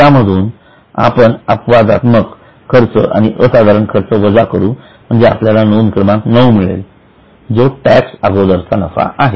त्यामधून आपण अपवादात्मक खर्च आणि असाधारण खर्च वजा करू म्हणजे आपल्याला नोंद क्रमांक नऊ मिळेल जो टॅक्स अगोदरचा नफा आहे